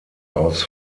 aus